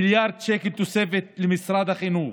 מיליארד שקל תוספת למשרד החינוך,